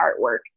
artwork